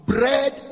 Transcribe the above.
Bread